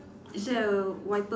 is there a wiper